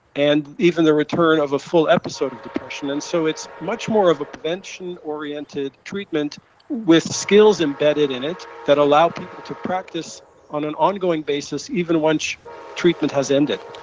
and even the return of a full episode of depression. and so it's much more of a prevention oriented treatment with skills embedded in it that allow people to practice on an ongoing basis, even once treatment has ended.